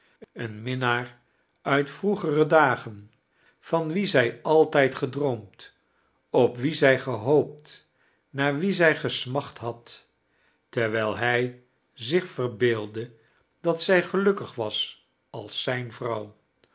een minnaar nit vroegere dagen van wien zij altijd gedroomd op wien zij gehoopt naar wien zij gesmacht had terwijl hij zich verbeeldde dat zij gelukkig was als zijne vrouw